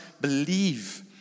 believe